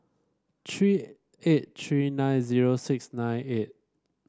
three eight three nine zero six nine eight